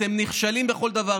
אתם נכשלים בכל דבר.